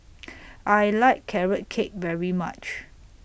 I like Carrot Cake very much